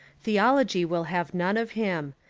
theology will have none of him.